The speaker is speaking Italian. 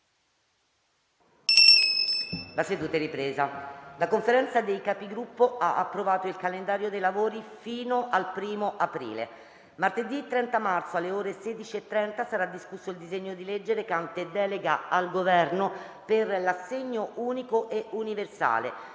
Onorevoli colleghi, la Conferenza dei Capigruppo ha approvato il calendario dei lavori fino al 1° aprile. Martedì 30 marzo, alle ore 16,30, sarà discusso il disegno di legge recante delega al Governo per l'assegno unico e universale,